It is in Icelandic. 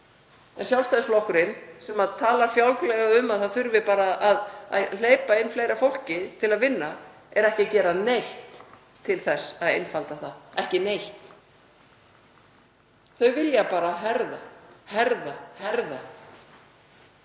en Sjálfstæðisflokkurinn, sem talar fjálglega um að það þurfi bara að hleypa fleira fólki inn til að vinna, er ekki að gera neitt til þess að einfalda það — ekki neitt. Þau vilja bara herða, herða og herða.